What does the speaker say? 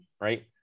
right